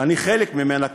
שאני חלק ממנה,